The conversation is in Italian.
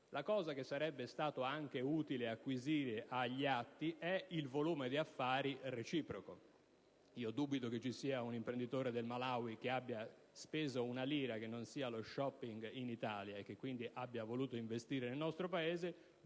La cosa che sarebbe stata anche utile acquisire agli atti è il volume di affari reciproco. Dubito che ci sia un imprenditore del Malawi che abbia speso una lira che non sia in *shopping* in Italia e che quindi abbia voluto investire nel nostro Paese.